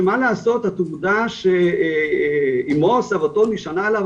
שמה לעשות התעודה שאימו או סבתו נשענה עליו,